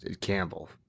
Campbell